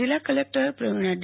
જિલ્લા collector Pravina D